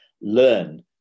learn